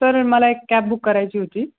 sir मला एक cab book करायची होती